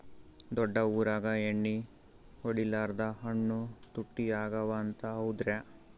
ದೊಡ್ಡ ಊರಾಗ ಎಣ್ಣಿ ಹೊಡಿಲಾರ್ದ ಹಣ್ಣು ತುಟ್ಟಿ ಅಗವ ಅಂತ, ಹೌದ್ರ್ಯಾ?